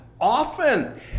often